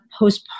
postpartum